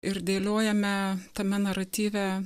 ir dėliojame tame naratyve